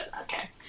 Okay